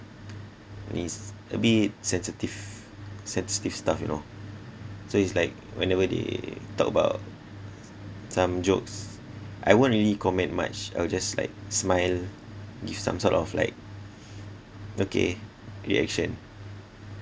it's a bit sensitive sensitive stuff you know so it's like whenever they talk about some jokes I won't really comment much I'll just like smile give some sort of like okay reaction